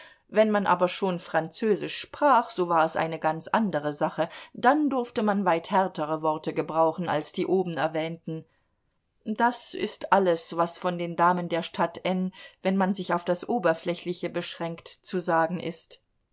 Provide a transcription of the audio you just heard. wenn man aber schon französisch sprach so war es eine ganz andere sache dann durfte man weit härtere worte gebrauchen als die oben erwähnten das ist alles was von den damen der stadt n wenn man sich auf das oberflächliche beschränkt zu sagen ist